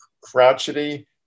crotchety